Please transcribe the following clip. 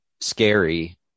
scary